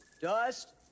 Dust